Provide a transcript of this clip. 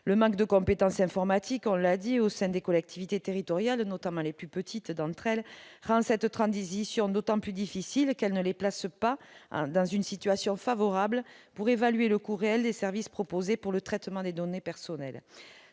Le manque de compétences informatiques au sein des collectivités territoriales, notamment des plus petites d'entre elles, rend cette transition d'autant plus difficile qu'elle les place dans une situation peu favorable pour évaluer le coût réel des services proposés pour le traitement de données personnelles.